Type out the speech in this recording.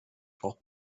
braucht